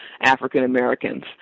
African-Americans